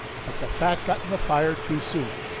but the fat got in the fire too soon.